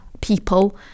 people